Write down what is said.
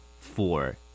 four